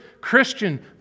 Christian